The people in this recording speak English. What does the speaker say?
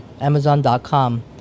Amazon.com